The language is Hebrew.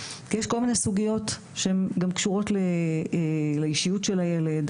כי יש כל מיני סוגיות שהן גם קשורות לאישיות של הילד,